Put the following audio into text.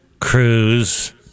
cruise